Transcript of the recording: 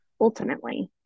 ultimately